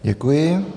Děkuji.